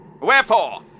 Wherefore